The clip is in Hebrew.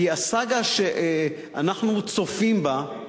כי הסאגה שאנחנו צופים בה,